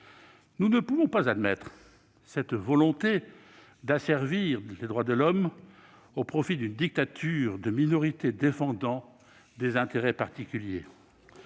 Nous ne pouvons pas admettre cette volonté d'asservir les droits de l'Homme au profit d'une dictature de minorités défendant des intérêts particuliers.